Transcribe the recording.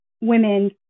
women